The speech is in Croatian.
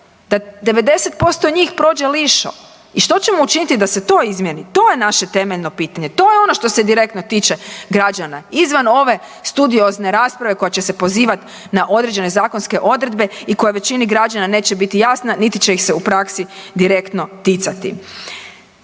da 90% njih prođe lišo. I što ćemo učiniti da se to izmjeni, to je naše temeljno pitanje, to je ono što se direktno tiče građana izvan ove studiozne rasprave koja će se pozivati na određene zakonske odredbe i koje većini građana neće biti jasne niti će ih se u praksi direktno ticati.